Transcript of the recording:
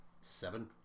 seven